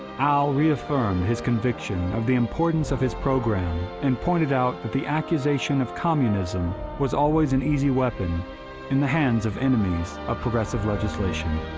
al reaffirmed his conviction of the importance of his program and pointed out that the accusation of communism was always an easy weapon in the hands of enemies of progressive legislation.